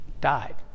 died